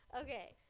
okay